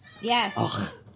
Yes